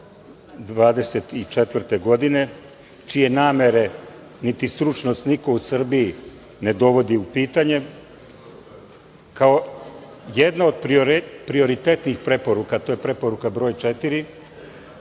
2024. godine, čije namere, niti stručnost niko u Srbiji ne dovodi u pitanje, kao jedna od prioritetnih preporuka, a to je Preporuka broj 4.